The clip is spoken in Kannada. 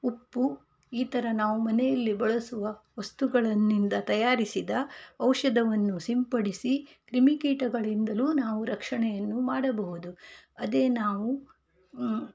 ಉಪ್ಪು ಈ ಥರ ನಾವು ಮನೆಯಲ್ಲಿ ಬಳಸುವ ವಸ್ತುಗಳಿಂದ ತಯಾರಿಸಿದ ಔಷಧವನ್ನು ಸಿಂಪಡಿಸಿ ಕ್ರಿಮಿ ಕೀಟಗಳಿಂದಲೂ ನಾವು ರಕ್ಷಣೆಯನ್ನು ಮಾಡಬಹುದು ಅದೇ ನಾವು